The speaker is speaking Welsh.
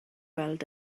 weld